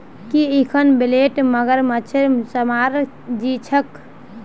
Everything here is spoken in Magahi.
की इखन बेल्ट मगरमच्छेर चमरार छिके